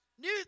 New